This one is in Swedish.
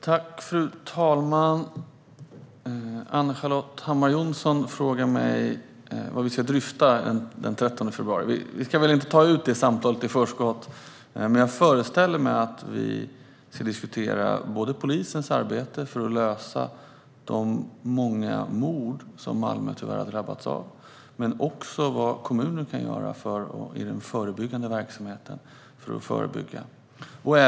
Fru talman! Ann-Charlotte Hammar Johnsson frågade mig vad vi ska dryfta den 13 februari. Vi ska väl inte ta det samtalet i förskott. Men jag föreställer mig att vi ska diskutera polisens arbete med att lösa de många mord som Malmö tyvärr har drabbats av men också vad kommunen kan göra för att förebygga.